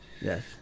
Yes